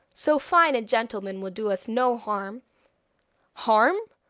so fine a gentleman will do us no harm harm!